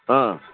हां